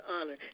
honor